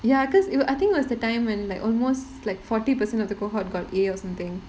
ya because it~ I think was the time when like almost like forty percent of the cohort got A or something